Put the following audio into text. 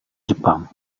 jepang